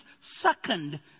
second